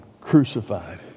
crucified